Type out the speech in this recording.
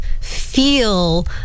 feel